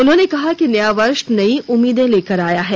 उन्होंने कहा कि नया वर्ष नई उम्मीदें लेकर आया है